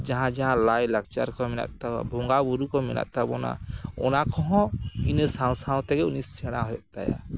ᱡᱟᱦᱟᱸ ᱡᱟᱦᱟᱸ ᱞᱟᱭᱼᱞᱟᱠᱪᱟᱨ ᱠᱚ ᱢᱮᱱᱟᱜᱼᱟ ᱵᱚᱸᱜᱟᱼᱵᱩᱨᱩ ᱠᱚ ᱢᱮᱱᱟᱜ ᱛᱟᱵᱚᱱᱟ ᱚᱱᱟ ᱠᱚᱦᱚᱸ ᱤᱱᱟᱹ ᱥᱟᱶ ᱥᱟᱶ ᱛᱮᱜᱮ ᱩᱱᱤ ᱥᱮᱬᱟ ᱦᱩᱭᱩᱜ ᱛᱟᱭᱟ